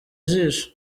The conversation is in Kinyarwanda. ijisho